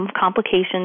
complications